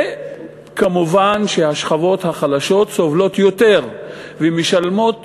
ומובן שהשכבות החלשות סובלות יותר ומשלמות